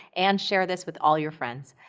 and share this with all your friends.